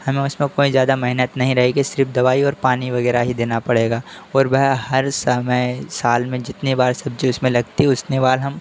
हमें उसमें कोई ज़्यादा मेहनत नहीं रहेगी सिर्फ़ दवाई और पानी वगैरह ही देना पड़ेगा और वह हर समय साल में जितनी बार सब्जी उसमें लगती है उतनी बार हम